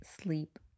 sleep